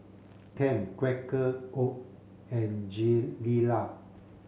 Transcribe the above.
Tempt Quaker Oat and Gilera